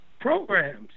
programs